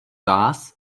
vás